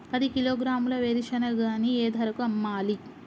పది కిలోగ్రాముల వేరుశనగని ఏ ధరకు అమ్మాలి?